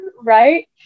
right